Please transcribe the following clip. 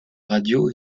radio